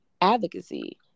advocacy